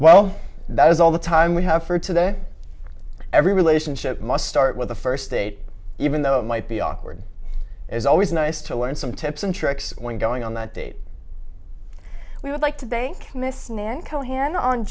well that was all the time we have for today every relationship must start with the first date even though it might be awkward as always nice to learn some tips and tricks when going on that date we would like to ba